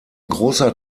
großer